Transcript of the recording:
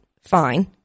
Fine